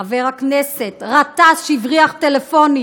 חבר הכנסת גטאס, שהבריח טלפונים